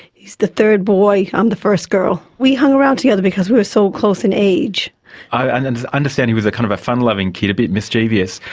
he's the third boy, i'm the first girl. we hung around together because we were so close in age. and i and and understand he was a kind of a fun loving kid, a bit mischievous.